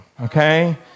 okay